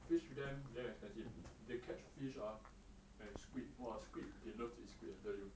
fish to them damn expensive they catch fish ah and squid !wah! they love to eat squid I tell you